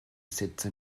sätze